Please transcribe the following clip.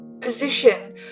position